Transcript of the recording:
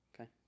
Okay